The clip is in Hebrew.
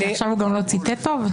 אז עכשיו הוא גם לא ציטט טוב?